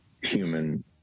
human